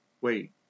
Wait